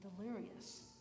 delirious